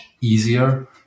easier